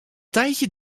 tijdje